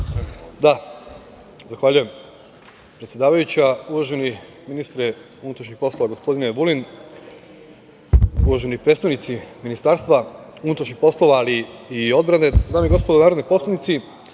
Zahvaljujem. Uvaženi ministre unutrašnjih poslova, gospodine Vulin, uvaženi predstavnici Ministarstva unutrašnjih poslova i odbrane, dame i gospodo narodni poslanici,